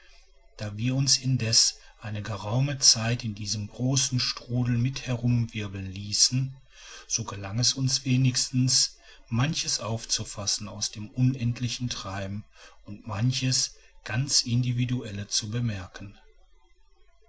da wir uns indessen eine geraume zeit in diesem großen strudel mit herumwirbeln ließen so gelang es uns wenigstens manches aufzufassen aus dem unendlichen treiben und manches ganz individuelle zu bemerken